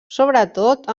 sobretot